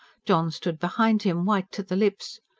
john stood behind him, white to the lips.